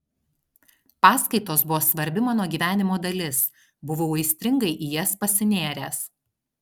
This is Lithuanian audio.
paskaitos buvo svarbi mano gyvenimo dalis buvau aistringai į jas pasinėręs